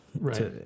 Right